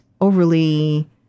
overly